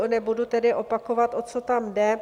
Nebudu tedy opakovat, o co tam jde.